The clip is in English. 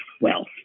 wealth